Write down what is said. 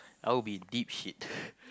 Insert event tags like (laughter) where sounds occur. I would be in deep shit (laughs)